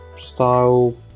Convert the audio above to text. style